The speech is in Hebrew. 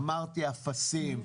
אמרתי "אפסים",